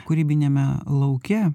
kūrybiniame lauke